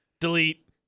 delete